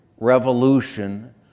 revolution